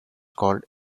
called